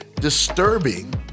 disturbing